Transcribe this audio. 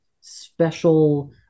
special